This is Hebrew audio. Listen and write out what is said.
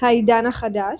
העידן החדש